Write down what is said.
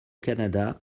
canada